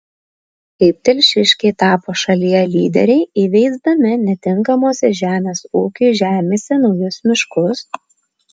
kaip telšiškiai tapo šalyje lyderiai įveisdami netinkamose žemės ūkiui žemėse naujus miškus